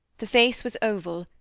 the face was oval,